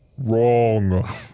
Wrong